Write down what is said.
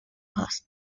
past